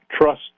trust